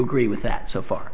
agree with that so far